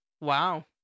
Wow